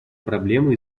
проблемы